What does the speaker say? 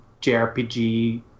JRPG